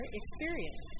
experience